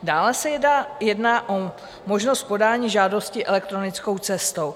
Dále se jedná o možnost podání žádosti elektronickou cestou.